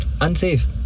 unsafe